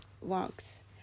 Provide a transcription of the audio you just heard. works